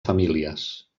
famílies